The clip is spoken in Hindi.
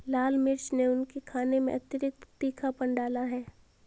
लाल मिर्च ने उनके खाने में अतिरिक्त तीखापन डाला है